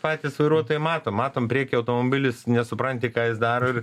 patys vairuotojai mato matom prieky automobilis nesupranti ką jis daro ir